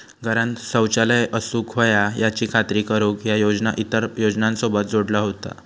घरांत शौचालय असूक व्हया याची खात्री करुक ह्या योजना इतर योजनांसोबत जोडला जाता